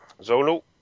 Zolo